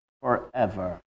forever